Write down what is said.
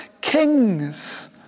kings